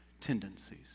tendencies